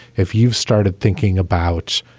if you've started thinking about